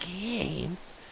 games